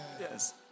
Yes